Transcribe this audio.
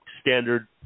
standard